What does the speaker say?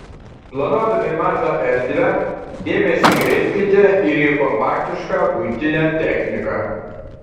planuodami mažą erdvę dėmesį kreipkite ir į kompaktišką buitinę techniką